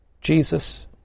Jesus